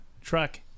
truck